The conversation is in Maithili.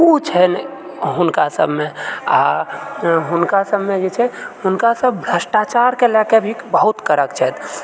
ओ छनि हुनकासभमे आ हुनकासभमे जे छै हुनकासभ भ्रष्टाचारके लए के भी बहुत कड़क छथि